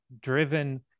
driven